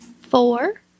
four